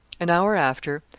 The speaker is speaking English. an hour after,